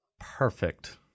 Perfect